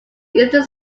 easter